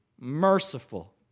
merciful